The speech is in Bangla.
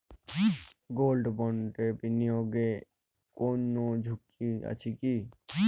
গোল্ড বন্ডে বিনিয়োগে কোন ঝুঁকি আছে কি?